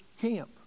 camp